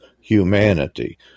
humanity